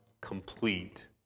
complete